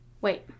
Wait